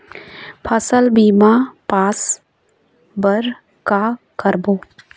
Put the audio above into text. फसल बीमा पास बर का करबो?